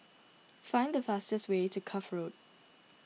find the fastest way to Cuff Road